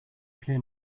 clear